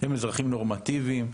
הם אזרחים נורמטיביים.